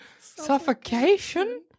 suffocation